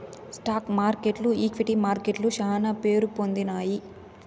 stock మార్కెట్లు equity మార్కెట్లు శానా పేరుపొందినాయి